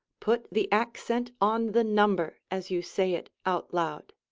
put the accent on the number as you say it out loud.